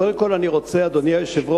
קודם כול אני רוצה, אדוני היושב-ראש,